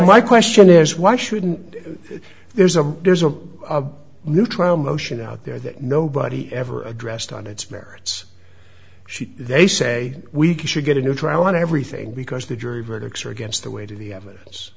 my question is why shouldn't there's a there's a new trial motion out there that nobody ever addressed on its merits she they say we should get a new trial on everything because the jury verdicts are against the way to the evidence